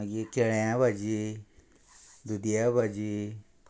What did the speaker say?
मागीर केळ्यां भाजी दुदया भाजी